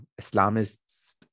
Islamist